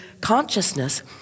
consciousness